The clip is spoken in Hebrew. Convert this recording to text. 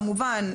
כמובן,